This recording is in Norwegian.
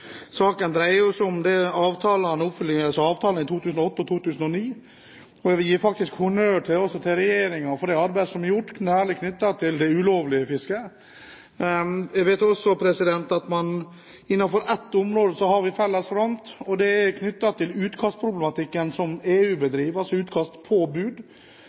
Saken dreier seg om oppfyllelse av avtalene i 2008 og 2009. Jeg vil faktisk gi honnør til regjeringen for det arbeidet som er gjort, særlig knyttet til det ulovlige fiske. Jeg vet også at innenfor ett område har vi felles front, og det er knyttet til utkastpraksisen som